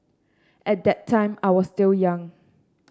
at that time I was still young